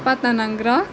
پَتہٕ اَنان گرٛیکھ